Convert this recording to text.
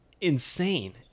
insane